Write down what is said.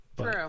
True